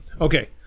Okay